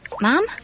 mom